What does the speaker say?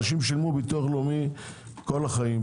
אנשים שילמו ביטוח לאומי כל החיים,